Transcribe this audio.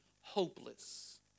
hopeless